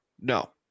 No